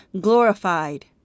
glorified